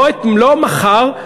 לא מחר,